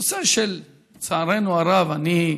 נושא שלצערנו הרב, אני,